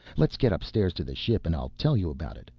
let's get upstairs to the ship and i'll tell you about it.